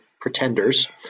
pretenders